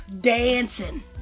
dancing